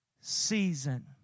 season